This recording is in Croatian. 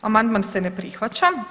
Amandman se ne prihvaća.